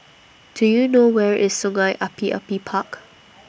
Do YOU know Where IS Sungei Api Api Park